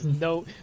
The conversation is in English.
no